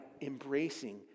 embracing